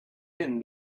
finn